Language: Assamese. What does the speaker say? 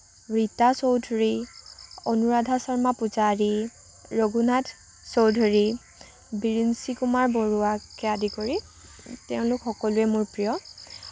ৰীতা চৌধুৰী অনুৰাধা শৰ্মা পূজাৰী ৰঘুনাথ চৌধুৰী বিৰিঞ্চি কুমাৰ বৰুৱাকে আদি কৰি তেওঁলোক সকলোৱে মোৰ প্ৰিয়